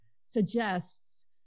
suggests